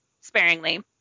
sparingly